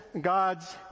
God's